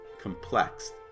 complex